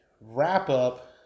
wrap-up